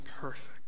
perfect